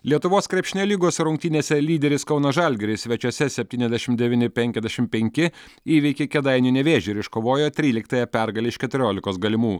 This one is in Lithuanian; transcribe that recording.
lietuvos krepšinio lygos rungtynėse lyderis kauno žalgiris svečiuose septyniasdešim devyni penkiasdešim penki įveikė kėdainių nevėžį ir iškovojo tryliktąją pergalę iš keturiolikos galimų